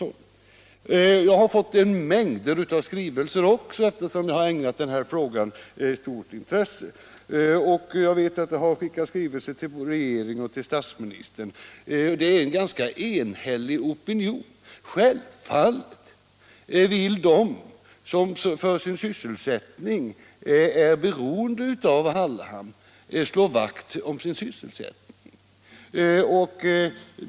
system för det Jag har fått mängder av skrivelser i denna fråga, eftersom jag har svenska hamnväägnat den stort intresse. Jag vet att det har skickats skrivelser till re — sendet, m.m. geringen och till statsministern i ärendet, och det finns en ganska enig opinion. Självfallet vill de som för sin sysselsättning är beroende av Wallhamn slå vakt om denna.